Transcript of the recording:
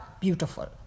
beautiful